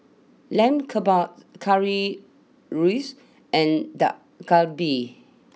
Lamb Kebabs Currywurst and Dak Galbi